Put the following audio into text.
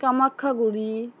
Kamakhyaguri